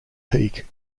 peak